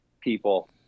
people